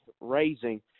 raising